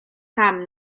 tam